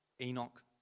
enoch